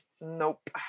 Nope